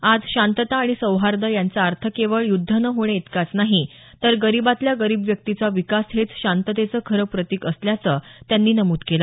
आज शांतता आणि सौहार्द यांचा अर्थ केवळ युद्ध न होणे इतकाच नाही तर गरिबातल्या गरीब व्यक्तीचा विकास हेच शांततेचं खरं प्रतीक असल्याचं त्यांनी नमूद केलं